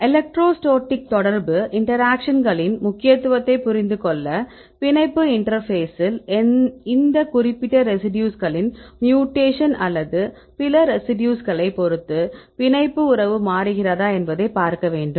electrostatic தொடர்பு இன்டராக்ஷன்களின் முக்கியத்துவத்தைப் புரிந்து கொள்ள பிணைப்பு இன்டர்பேசில் இந்த குறிப்பிட்ட ரெசிடியூக்களின் மியூடேக்ஷன் அல்லது பிற ரெசிடியூக்களைப் பொறுத்து பிணைப்பு உறவு மாறுகிறதா என்பதைப் பார்க்க வேண்டும்